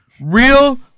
Real